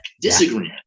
disagreement